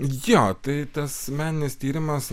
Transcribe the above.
jo tai tas meninis tyrimas